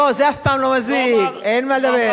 לא, זה אף פעם לא מזיק, אין מה לדבר.